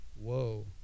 whoa